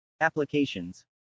Applications